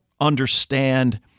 understand